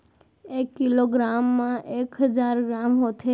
एक kilogram मा एक हजार ग्राम होथे